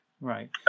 Right